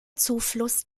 zufluss